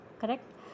correct